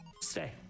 Stay